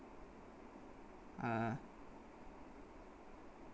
uh